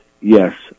Yes